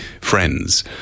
friends